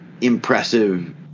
impressive